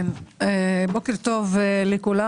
בוקר טוב לכולם.